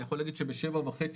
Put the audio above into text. אני יכול להגיד שבשבע וחצי,